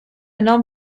non